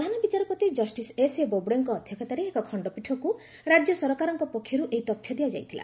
ପ୍ରଧାନ ବିଚାରପତି justice S A ବୋବ୍ଡେଙ୍କ ଅଧ୍ୟକ୍ଷତାରେ ଏକ ଖଣ୍ଡପୀଠଙ୍କୁ ରାଜ୍ୟ ସରକାରଙ୍କ ପକ୍ଷରୁ ଏହି ତଥ୍ୟ ଦିଆଯାଇଥିଲା